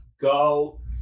Go